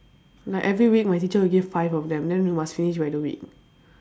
like every week my teacher will give five of them then we must finish by the week